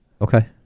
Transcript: Okay